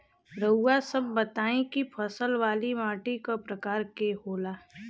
रउआ सब बताई कि फसल वाली माटी क प्रकार के होला?